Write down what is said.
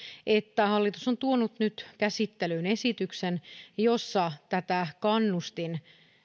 että hallitus on tuonut nyt käsittelyyn esityksen jossa tätä kannustinta